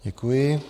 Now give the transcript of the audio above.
Děkuji.